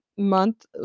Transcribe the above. month